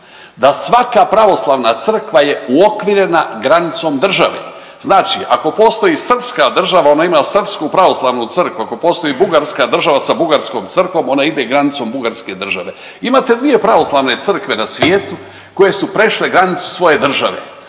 da svaka pravoslavna crkva je uokvirena granicom države, znači ako postoji srpska država, ona ima Srpsku pravoslavnu Crkvu, ako postoji bugarska država sa bugarskom crkvom, ona ide granicom bugarske države. Imate dvije pravoslavne crkve na svijetu koje su prešle granicu svoje države,